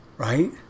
Right